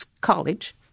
college